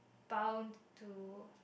bound to